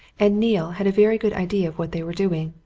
and neale had a very good idea of what they were doing.